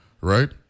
right